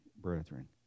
brethren